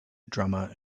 drummer